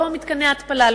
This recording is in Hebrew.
לא מתקני התפלה,